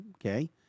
Okay